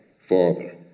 Father